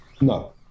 no